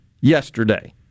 yesterday